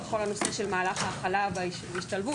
בנושא של מהלך ההכלה וההשתלבות,